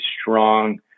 strong